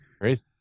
Crazy